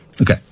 Okay